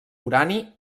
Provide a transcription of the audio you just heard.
urani